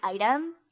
item